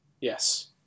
Yes